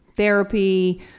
therapy